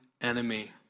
enemy